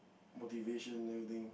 motivation type of thing